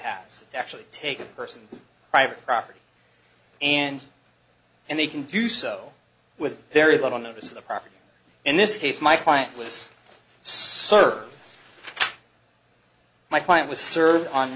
to actually take a person's private property and and they can do so with very little notice of the property in this case my client list serve my client was served on